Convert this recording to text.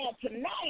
tonight